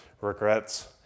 regrets